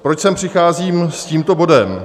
Proč sem přicházím s tímto bodem?